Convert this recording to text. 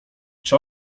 czy